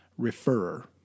referrer